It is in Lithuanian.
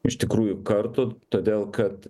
iš tikrųjų kartų todėl kad